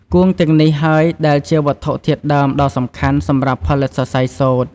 គួងទាំងនេះហើយដែលជាវត្ថុធាតុដើមដ៏សំខាន់សម្រាប់ផលិតសរសៃសូត្រ។